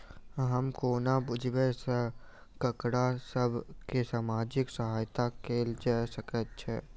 हम कोना बुझबै सँ ककरा सभ केँ सामाजिक सहायता कैल जा सकैत छै?